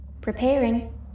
Preparing